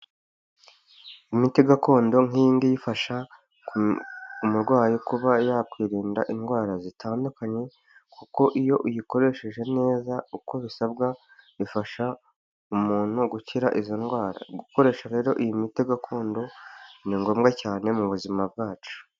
Imiti gakondo nk'iyingiyi ifasha umurwayi kuba yakwirinda indwara zitandukanye kuko iyo uyikoresheje neza uko bisabwa bifasha umuntu gukira izo ndwara gukoresha rero iyi miti gakondo ni ngombwa cyane mu buzima bwacu.